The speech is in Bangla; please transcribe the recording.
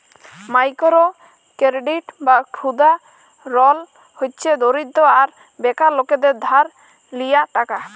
মাইকোরো কেরডিট বা ক্ষুদা ঋল হছে দরিদ্র আর বেকার লকদের ধার লিয়া টাকা